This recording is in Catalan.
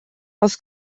els